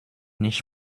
nicht